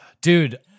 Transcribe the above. Dude